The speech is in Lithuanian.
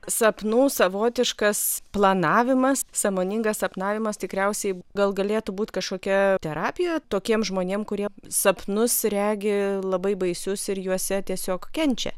sapnų savotiškas planavimas sąmoningas sapnavimas tikriausiai gal galėtų būt kažkokia terapija tokiem žmonėm kurie sapnus regi labai baisius ir juose tiesiog kenčia